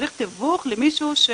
למישהו ש